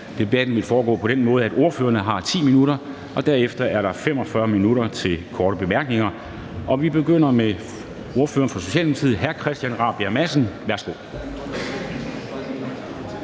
debatten foregår på den måde, at ordførerne har 10 minutter, og derefter er der 45 minutter til korte bemærkninger. Vi begynder med ordføreren for Socialdemokratiet, hr. Christian Rabjerg Madsen. Nu skal